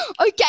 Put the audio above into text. Okay